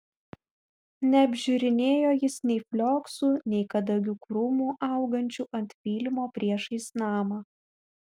neapžiūrinėjo jis nei flioksų nei kadagių krūmų augančių ant pylimo priešais namą